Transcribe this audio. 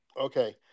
Okay